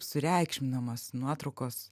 sureikšminamas nuotraukos